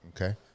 okay